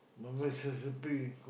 my best recipe cook